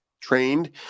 trained